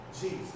Jesus